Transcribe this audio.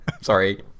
Sorry